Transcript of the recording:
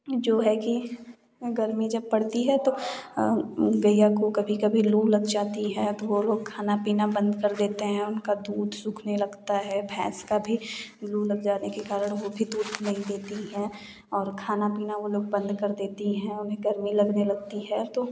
जो है कि गर्मी जब पड़ती है तो गैया को कभी कभी लू लग जाती है तो वह लोग खाना पीना बंद कर देते हैं उनका दूध सूखने लगता है भैंस का भी लू लग जाने के कारण वह भी दूध नहीं देती है और खाना पीना वह लोग बंद कर देती हैं और उन्हें गर्मी लगने लगती हैं तो